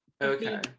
Okay